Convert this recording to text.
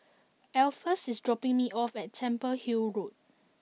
Alpheus is dropping me off at Temple Hill Road